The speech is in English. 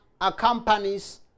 accompanies